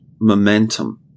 momentum